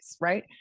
right